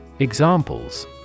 Examples